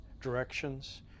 directions